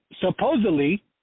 supposedly –